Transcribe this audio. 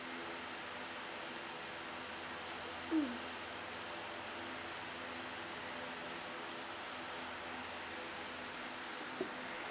mm